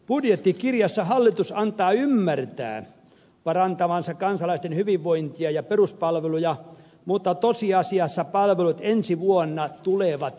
budjettikirjassa hallitus antaa ymmärtää parantavansa kansalaisten hyvinvointia ja peruspalveluja mutta tosiasiassa palvelut ensi vuonna tulevat heikkenemään